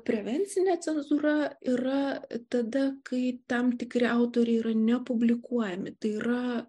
prevencinė cenzūra yra tada kai tam tikri autoriai yra nepublikuojami tai yra